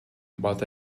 but